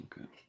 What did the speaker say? Okay